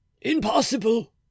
Impossible